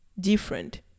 different